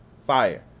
Fire